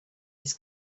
his